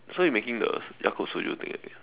so you making the Yakult soju thing right